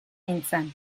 nintzen